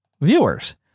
viewers